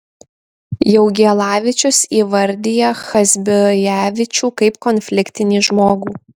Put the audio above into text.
jaugielavičius įvardija chazbijavičių kaip konfliktinį žmogų